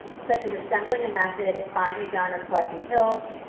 such as assembling a method, buying a gun, or collecting pills,